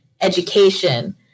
education